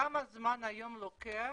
כמה זמן היום לוקח